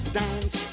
dance